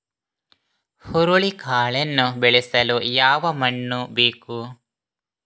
ಹುರುಳಿಕಾಳನ್ನು ಬೆಳೆಸಲು ಯಾವ ಮಣ್ಣು ಬೇಕು?